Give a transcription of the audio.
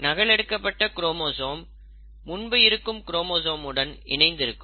நகல் எடுக்கப்பட்ட குரோமோசோம் முன்பு இருக்கும் குரோமோசோம் உடன் இணைந்து இருக்கும்